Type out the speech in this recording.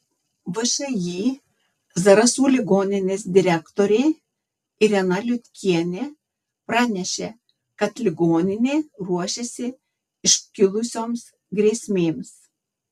všį zarasų ligoninės direktorė irena liutkienė pranešė kad ligoninė ruošiasi iškilusioms grėsmėms